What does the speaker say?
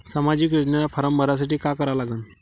सामाजिक योजनेचा फारम भरासाठी का करा लागन?